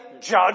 judge